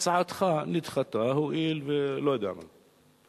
הצעתך נדחתה, הואיל ו, לא יודע מה.